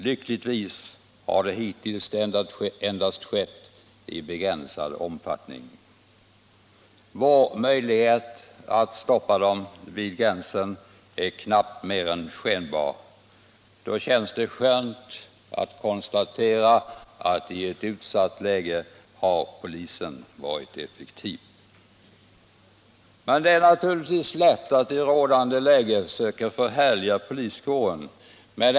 Lyckligtvis har det hittills endast skett i begränsad omfattning. Vår möjlighet att stoppa terrorister vid gränsen är knappt mer än skenbar. I ett utsatt läge känns det skönt att veta att poliskåren är effektiv. Det är naturligtvis lätt att i rådande läge söka förhärliga poliskåren.